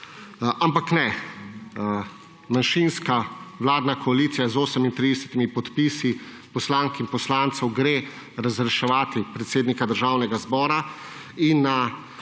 Ampak ne, manjšinska vladna koalicija z 38 podpisi poslank in poslancev gre razreševat predsednika Državnega zbora in na